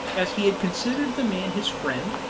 as he had considered the man his friend,